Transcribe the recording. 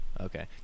Okay